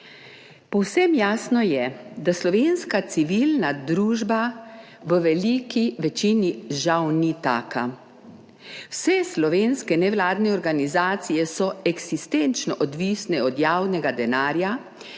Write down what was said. Povsem jasno je, da slovenska civilna družba v veliki večini, žal ni taka. Vse slovenske nevladne organizacije so eksistenčno odvisne od javnega denarja,